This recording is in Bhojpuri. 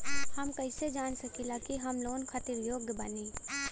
हम कईसे जान सकिला कि हम लोन खातिर योग्य बानी?